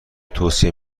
توصیه